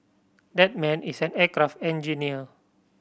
that man is an aircraft engineer